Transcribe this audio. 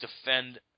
defend